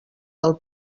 del